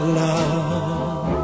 love